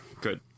good